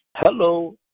Hello